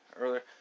earlier